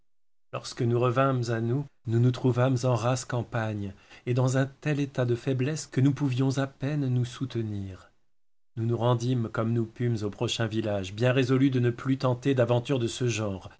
lorsque nous revînmes à nous nous nous trouvâmes en rase campagne et dans un tel état de faiblesse que nous pouvions à peine nous soutenir nous nous rendîmes comme nous pûmes au prochain village bien résolus de ne plus tenter d'aventure de ce genre